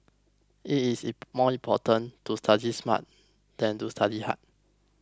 it is more important to study smart than to study hard